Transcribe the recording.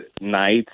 nights